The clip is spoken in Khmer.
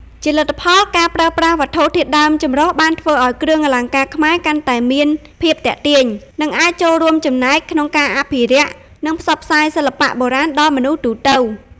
ជាលទ្ធផល ការប្រើប្រាស់វត្ថុធាតុដើមចម្រុះបានធ្វើឱ្យគ្រឿងអលង្ការខ្មែរកាន់តែមានភាពទាក់ទាញ និងអាចចូលរួមចំណែកក្នុងការអភិរក្ស និងផ្សព្វផ្សាយសិល្បៈបុរាណដល់មនុស្សទូទៅ។